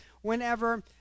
whenever